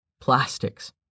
Plastics